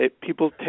people